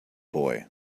boy